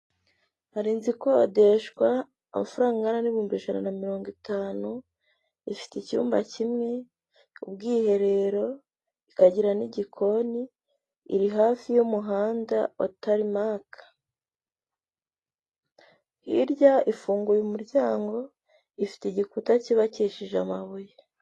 Hari inzu ikodeshwa amafaranga angana n'ibihumbi ijana na mirongo itanu, ifite icyumba kimwe, ubwiherero ikagira n'igikoni, iri hafi y'umuhanda wa tarimaka, hirya ifunguye umuryango, ifite igikuta cyubakishije amabuye.